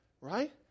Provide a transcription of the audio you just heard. right